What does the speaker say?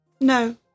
No